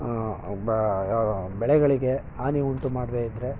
ಬ ಬೆಳೆಗಳಿಗೆ ಹಾನಿ ಉಂಟು ಮಾಡಿದೆ ಇದ್ದರೆ